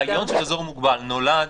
אבל הרעיון של אזור מוגבל נולד